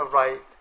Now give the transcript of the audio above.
right